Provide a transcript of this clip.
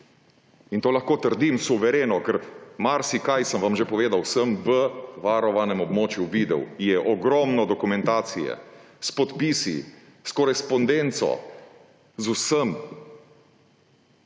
In to lahko trdim suvereno, ker marsikaj sem vam že povedal, sem v varovanem območju videl, je ogromno dokumentacije s podpisi, s korespondenco, z vsem.